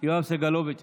יואב סגלוביץ'.